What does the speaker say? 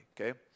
Okay